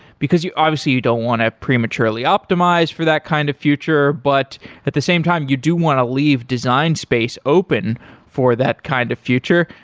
because obviously you don't want to prematurely optimize for that kind of future, but at the same time you do want to leave design space open for that kind of future.